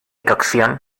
cocción